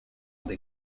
des